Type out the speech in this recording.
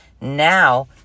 Now